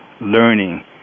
learning